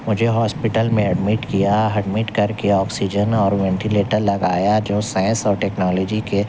مجھے ہاسپیٹل میں ایڈمٹ کیا ایڈمٹ کر کے آکسیجن اور وینٹیلیٹر لگایا جو سائنس اور ٹیکنالوجی کے